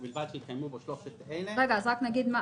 ובלבד שהתקיימו בו שלושת אלה: נגיד מה